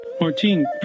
Martine